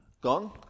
gone